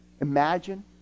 Imagine